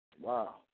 Wow